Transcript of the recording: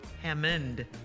Hammond